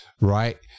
right